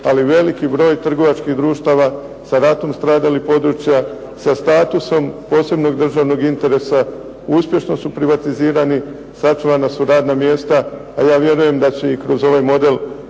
ali velik broj trgovačkih društava sa ratom stradalih područja, sa statusom posebnog državnog interesa uspješno su privatizirani, sačuvana su radna mjesta, a ja vjerujem da će i kroz ovaj model